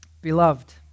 Beloved